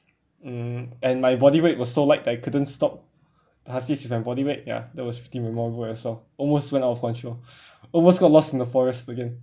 mm and my body weight was so light I couldn't stop the with my body weight ya that was pretty memorable as well almost went out of control almost got lost in the forest again